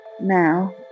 now